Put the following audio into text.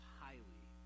highly